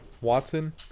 Watson